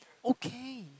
okay